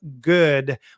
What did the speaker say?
good